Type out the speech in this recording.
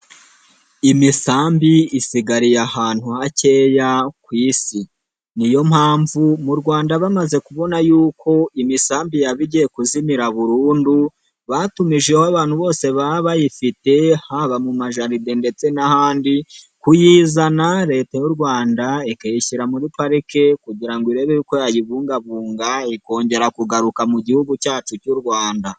Imisambi isigariye ahantu hakeya ku Isi. Niyo mpamvu mu Rwanda bamaze kubona yuko imisambi yaba igiye kuzimira burundu, batumijeho abantu bose baba bayifite haba mu majaride ndetse n'ahandi, kuyizana leta y'u Rwanda ikayishyira muri pariki kugira ngo irebe uko yayibungabunga ikongera kugaruka mu gihugu cyacu cy'u Rwanda.